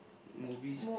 movies